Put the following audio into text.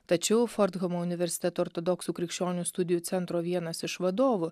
tačiau fordhamo universiteto ortodoksų krikščionių studijų centro vienas iš vadovų